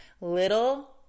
Little